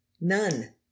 none